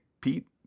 Pete